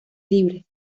libres